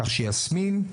כך שיסמין,